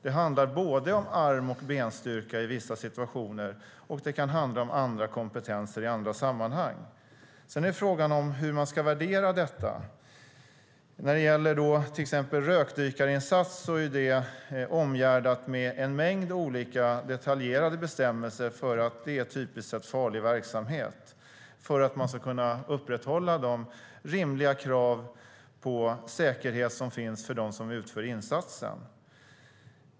Det handlar om arm och benstyrka i vissa situationer och om andra kompetenser i andra sammanhang. Sedan är frågan hur man ska värdera detta. När det gäller till exempel rökdykarinsats är det omgärdat av en mängd olika detaljerade bestämmelser, eftersom det typiskt sett är farlig verksamhet, för att man ska kunna upprätthålla de rimliga krav på säkerhet som finns för dem som utför insatsen.